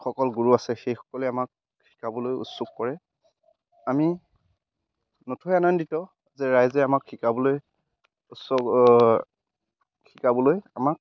সকল গুৰু আছে সেইসকলে আমাক শিকাবলৈ উৎসুক কৰে আমি নথৈ আনন্দিত যে ৰাইজে আমাক শিকাবলৈ শিকাবলৈ আমাক